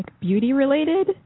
beauty-related